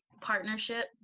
partnership